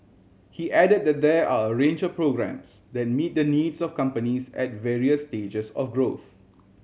he added that there are a range of programmes that meet the needs of companies at various stages of growth